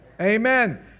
Amen